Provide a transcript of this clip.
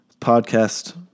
Podcast